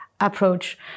approach